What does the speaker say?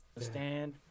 stand